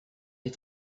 est